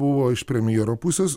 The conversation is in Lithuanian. buvo iš premjero pusės